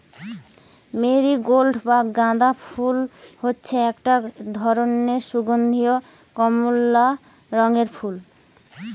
marigold বা গাঁদা ফুল হচ্ছে একটা ধরণের সুগন্ধীয় কমলা রঙের ফুল